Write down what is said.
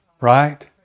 Right